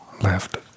left